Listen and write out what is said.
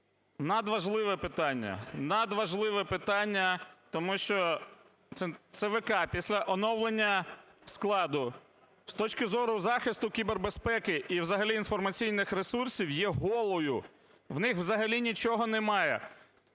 надважливе питання, тому що ЦВК після оновлення складу з точки зору захисту, кібербезпеки і взагалі інформаційних ресурсів є "голою", у них взагалі нічого немає.